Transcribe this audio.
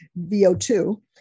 VO2